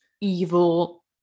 evil